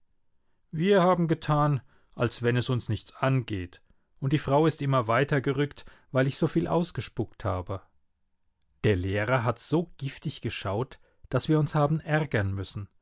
wir haben getan als wenn es uns nichts angeht und die frau ist immer weitergerückt weil ich so viel ausgespuckt habe der lehrer hat so giftig geschaut daß wir uns haben ärgern müssen